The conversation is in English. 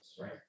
right